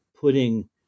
putting